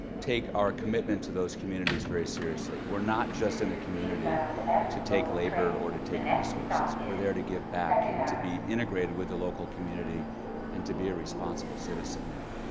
take our commitment to those communities very seriously. we're not just in a community to take labor or to take resources. we're there to give back and to be integrated with the local community and to be a responsible citizen there.